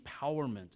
empowerment